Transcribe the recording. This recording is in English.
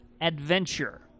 Adventure